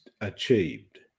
achieved